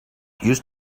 used